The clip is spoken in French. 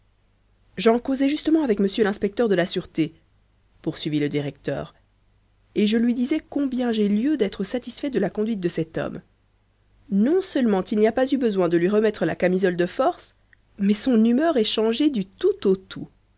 j'en causais justement avec monsieur l'inspecteur de la sûreté poursuivit le directeur et je lui disais combien j'ai lieu d'être satisfait de la conduite de cet homme non-seulement il n'y a pas eu besoin de lui remettre la camisole de force mais son humeur est changée du tout au tout